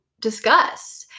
discuss